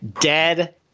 dead